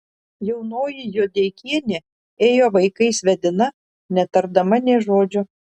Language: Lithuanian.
jaunoji juodeikienė ėjo vaikais vedina netardama nė žodžio